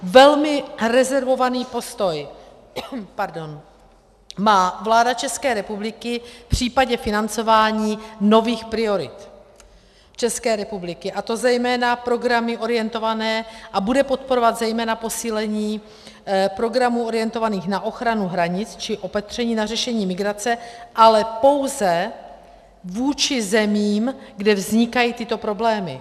Velmi rezervovaný postoj má vláda České republiky v případě financování nových priorit České republiky, a to zejména programy orientované, a bude podporovat zejména posílení programů orientovaných na ochranu hranic či opatření na řešení migrace, ale pouze vůči zemím, kde vznikají tyto problémy.